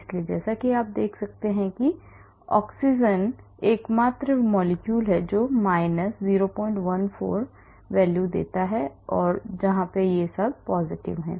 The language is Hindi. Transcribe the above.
इसलिए जैसा कि आप देख सकते हैं कि ऑक्सीजन एकमात्र चीज है 041 ऑक्सीजन जहां उनमें से कई ये सब positive हैं